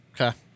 Okay